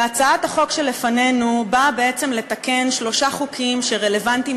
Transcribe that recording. והצעת החוק שלפנינו באה בעצם לתקן שלושה חוקים שרלוונטיים